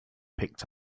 picked